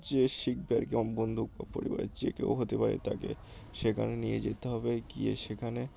যে শিখবে আর কি বন্ধু বা পরিবারের যে কেউ হতে পারে তাকে সেখানে নিয়ে যেতে হবে গিয়ে সেখানে